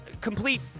complete